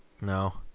No